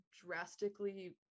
drastically